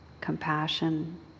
compassion